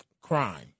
crime